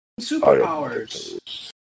Superpowers